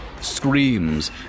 Screams